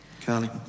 Carly